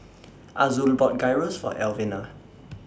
Azul bought Gyros For Elvina